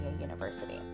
University